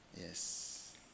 Yes